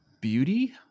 beauty